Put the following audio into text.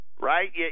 right